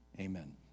Amen